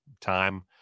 time